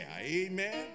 Amen